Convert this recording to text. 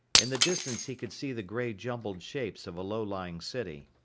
in the distance he could see the gray jumbled shapes of a low-lying city.